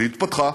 והיא התפתחה,